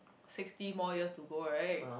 sixty more years to go right